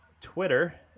Twitter